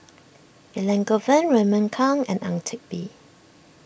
Elangovan Raymond Kang and Ang Teck Bee